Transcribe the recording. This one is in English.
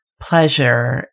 pleasure